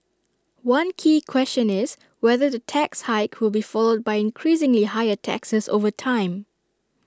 one key question is whether the tax hike will be followed by increasingly higher taxes over time